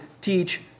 teach